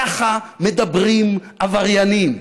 ככה מדברים עבריינים.